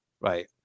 Right